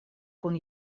kun